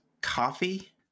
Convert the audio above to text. Coffee